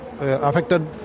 affected